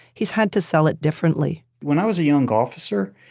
he's had to sell it differently when i was a young officer,